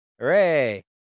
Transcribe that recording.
hooray